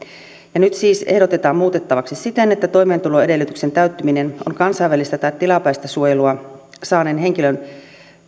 nyt siis lakia ehdotetaan muutettavaksi siten että toimeentuloedellytyksen täyttyminen on kansainvälistä tai tilapäistä suojelua saaneen henkilön